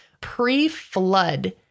pre-flood